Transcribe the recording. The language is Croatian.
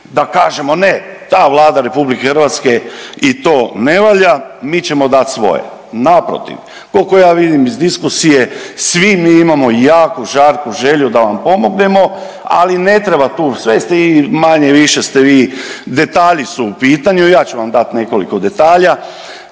da kažemo ne, da Vlada RH i to ne valja, mi ćemo dati svoje. Naprotiv, koliko ja vidim iz diskusije, svi mi imamo jako žarku želju da vam pomognemo, ali ne treba tu, sve ste i manje-više ste vi, detalji su u pitanju. Ja ću vam dati nekoliko detalja